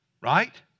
Right